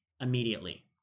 immediately